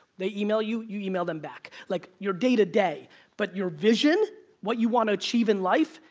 they email you, you email them back. like, your day-to-day. but your vision? what you want to achieve in life?